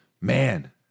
man